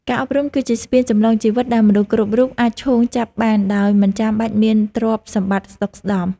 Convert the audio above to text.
ការអប់រំ គឺជាស្ពានចម្លងជីវិតដែលមនុស្សគ្រប់រូបអាចឈោងចាប់បានដោយមិនចាំបាច់មានទ្រព្យសម្បត្តិស្ដុកស្ដម្ភ។